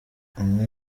umwe